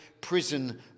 prison